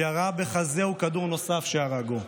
וירה בחזהו כדור נוסף והרגו.